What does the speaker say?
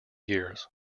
years